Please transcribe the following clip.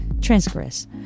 transgress